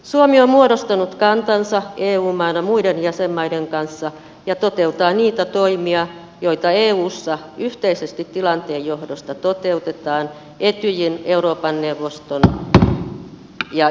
suomi on muodostanut kantansa eu maana muiden jäsenmaiden kanssa ja toteuttaa niitä toimia joita eussa yhteisesti tilanteen johdosta toteutetaan etyjin euroopan neuvoston ja ykn toimesta